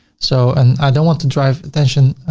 so and i don't want to drive attention,